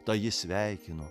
ta jį sveikino